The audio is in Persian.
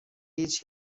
هیچ